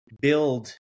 build